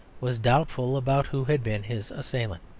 was doubtful about who had been his assailant.